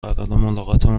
قرارملاقاتمان